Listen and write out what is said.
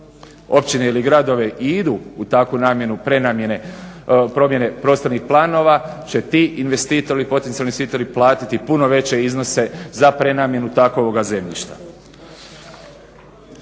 općine ili gradovi i idu u takvu namjenu prenamijene promjene prostornih planova će ti investitori ili potencijali investitori platiti puno veće iznose za prenamjenu takovoga zemljišta.